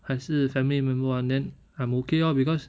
还是 family member 玩 then I'm okay orh because